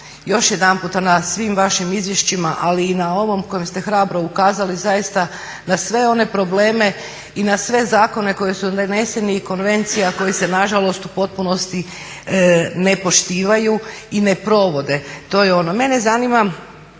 još jedanputa na svim vašim izvješćima ali i na ovom kojim ste hrabro ukazali zaista na sve one probleme i na sve zakone koji su doneseni i konvencija kojih se nažalost u potpunosti ne poštivaju i ne provode. Mene zanima